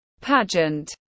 pageant